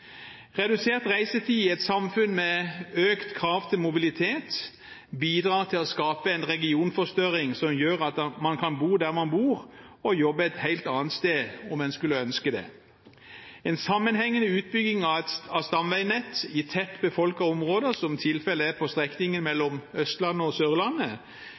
Redusert reisetid i et samfunn med økt krav til mobilitet bidrar til å skape en regionforstørring som gjør at man kan bo der man bor, og jobbe et helt annet sted, om en skulle ønske det. En sammenhengende utbygging av stamveinett i tett befolkede områder, som tilfellet er på strekningen mellom Østlandet og Sørlandet,